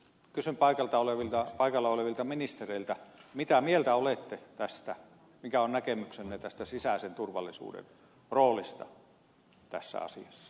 kysyn paikalla olevilta ministereiltä mitä mieltä olette tästä mikä on näkemyksenne tästä sisäisen turvallisuuden roolista tässä asiassa